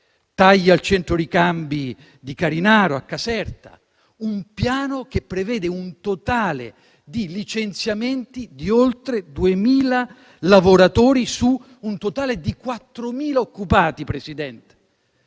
tagli al centro ricambi di Carinaro a Caserta. Un piano che prevede un totale di licenziamenti di oltre 2.000 lavoratori su un totale di 4.000 occupati, Presidente.